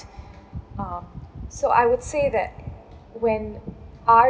um so I would say that when art